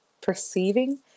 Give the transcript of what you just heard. perceiving